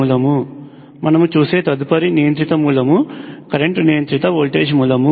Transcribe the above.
మనం చూసే తదుపరి నియంత్రిత మూలం కరెంట్ నియంత్రిత వోల్టేజ్ మూలం